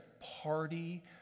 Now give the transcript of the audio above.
party